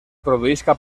produïsca